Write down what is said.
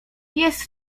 jest